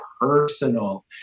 personal